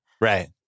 Right